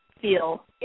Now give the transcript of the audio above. feel